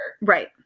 Right